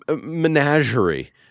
menagerie